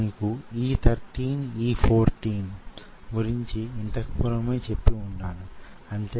ముఖ్యంగా cardiac myocytes skeletal muscle విషయంలో యిది నిజం